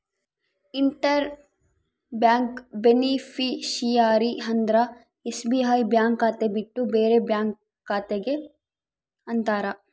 inter bank beneficiary ಅಂದ್ರ SBI bank ಖಾತೆ ಬಿಟ್ಟು ಬೇರೆ ಬ್ಯಾಂಕ್ ಖಾತೆ ಗೆ ಅಂತಾರ